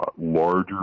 larger